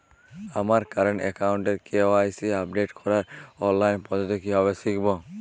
আমার কারেন্ট অ্যাকাউন্টের KYC update করার অনলাইন পদ্ধতি কীভাবে শিখব?